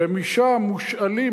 ומשם מושאלים,